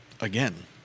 again